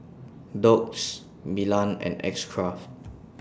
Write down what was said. Doux Milan and X Craft